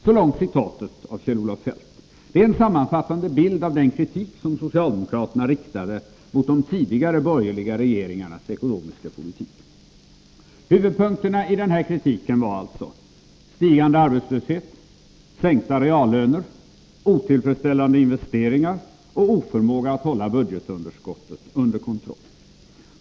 Så långt citatet av Kjell-Olof Feldt. Det är en sammanfattande bild av den kritik som socialdemokraterna riktade mot de tidigare borgerliga regeringarnas ekonomiska politik. Huvudpunkterna i denna kritik var alltså: stigande arbetslöshet, sänkta reallöner, otillfredsställande investeringar och oförmåga att hålla budgetunderskottet under kontroll.